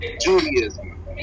Judaism